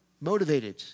motivated